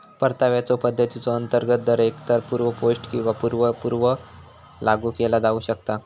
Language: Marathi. परताव्याच्यो पद्धतीचा अंतर्गत दर एकतर पूर्व पोस्ट किंवा पूर्व पूर्व लागू केला जाऊ शकता